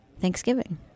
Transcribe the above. Thanksgiving